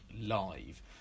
live